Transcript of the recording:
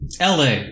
LA